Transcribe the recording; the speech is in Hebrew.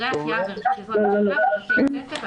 מכשירי החייאה וערכות עזרה ראשונה בבתי ספר,